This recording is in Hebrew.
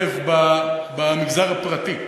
במגזר הפרטי.